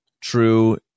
true